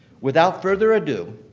without further adieu,